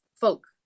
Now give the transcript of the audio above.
folk